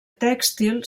tèxtil